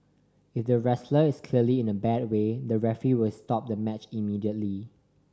if the wrestler is clearly in a bad way the referee will stop the match immediately